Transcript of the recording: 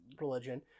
religion